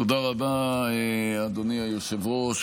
תודה רבה, אדוני היושב-ראש.